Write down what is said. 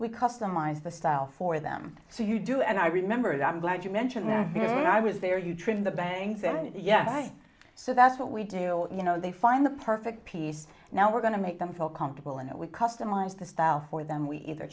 we customize the style for them so you do and i remember the i'm glad you mentioned i was there you trim the bangs and yeah i so that's what we do you know they find the perfect piece now we're going to make them feel comfortable in it we customized a style for them we either